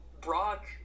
Brock